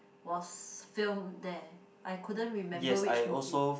was filmed there I couldn't remember which movie